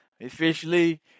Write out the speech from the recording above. officially